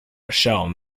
rochelle